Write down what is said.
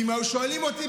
ואם היו שואלים אותי,